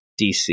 DC